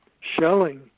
shelling